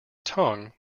tongue